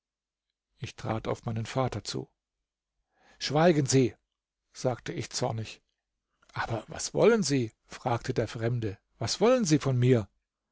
ich trat auf meinen vater zu schweigen sie sagte ich zornig aber was wollen sie fragte der fremde was wollen sie von mir